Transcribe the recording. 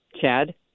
chad